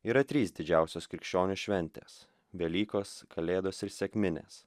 yra trys didžiausios krikščionių šventės velykos kalėdos ir sekminės